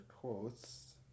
quotes